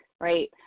Right